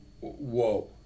whoa